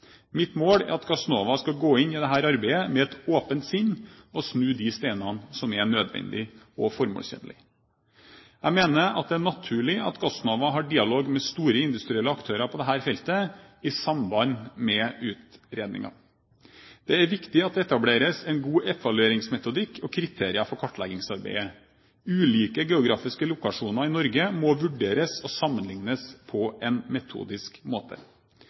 Mitt mål er at Gassnova skal gå inn i dette arbeidet med et åpent sinn og snu de steiner som er nødvendig og formålstjenlig. Jeg mener at det er naturlig at Gassnova har dialog med store industrielle aktører på dette feltet i samband med utredningen. Det er viktig at det etableres en god evalueringsmetodikk og kriterier for kartleggingsarbeidet. Ulike geografiske lokasjoner i Norge må vurderes og sammenlignes på en metodisk måte.